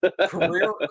Career